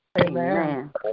Amen